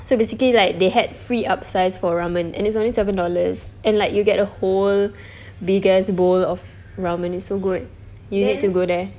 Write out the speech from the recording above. so basically like they had free upsize for ramen and it's only seven dollars and like you'll get a whole big ass bowl of ramen it's so good you need to go there